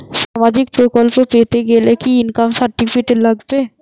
সামাজীক প্রকল্প পেতে গেলে কি ইনকাম সার্টিফিকেট লাগবে?